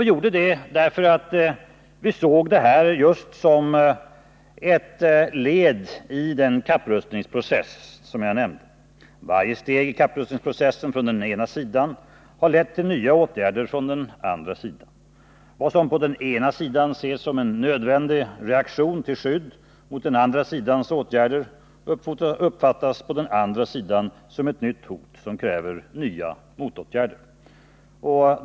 Vi gjorde det därför att vi såg detta som ett led i kapprustningsprocessen. Varje steg i kapprustningsprocessen från den ena sidan har lett till nya åtgärder från den andra sidan. Vad som på den ena sidan ses som en nödvändig reaktion till skydd mot den andra sidans åtgärder uppfattas av denna som ett nytt hot, som kräver nya motåtgärder.